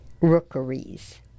Rookeries